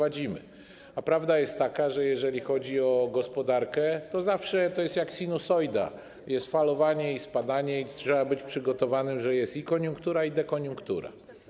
A prawda jest taka, że jeżeli chodzi o gospodarkę, to zawsze to jest jak sinusoida - jest falowanie i spadanie i trzeba być przygotowanym, że jest i koniunktura, i dekoniunktura.